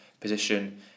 position